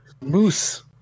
moose